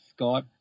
Skype